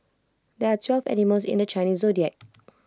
there are twelve animals in the Chinese Zodiac